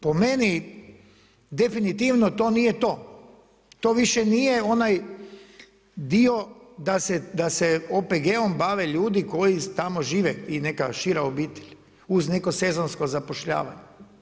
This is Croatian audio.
Po meni definitivno to nije to, to više nije onaj dio da se OPG-om bave ljudi koji tamo žive i neka šira obitelj uz neko sezonsko zapošljavanje.